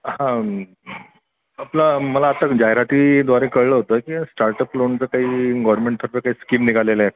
हां आपलं मला आत्ताच जाहिरातीद्वारे कळलं होतं की स्टार्टअप लोनचं काही गव्हर्नमेंटतर्फे काही स्कीम निघालेल्या आहेत